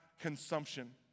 consumption